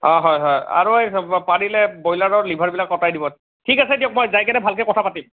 অঁ হয় হয় আৰু পাৰিলে ব্ৰয়লাৰৰ লিভাৰ বিলাক কটাই দিব ঠিক আছে দিয়ক মই যায় কেনে ভালকৈ কথা পাতিম